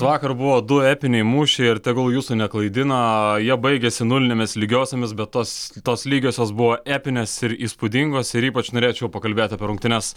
vakar buvo du epiniai mušė ir tegul jūsų neklaidina jie baigėsi nulinėmis lygiosiomis bet tas tos lygiosios buvo epinės ir įspūdingos ir ypač norėčiau pakalbėti apie rungtynes